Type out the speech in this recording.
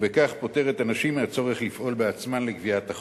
ובכך פוטר את הנשים מהצורך לפעול בעצמן לגביית החוב.